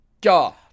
god